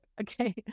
okay